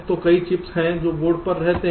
तो कई चिप्स हैं जो बोर्ड पर रहते हैं